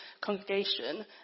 congregation